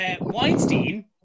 Weinstein